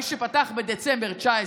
מי שפתח בדצמבר 2019,